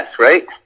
right